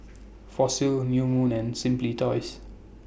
Fossil New Moon and Simply Toys